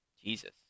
Jesus